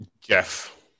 Jeff